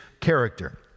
character